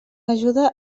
ajuda